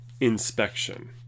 inspection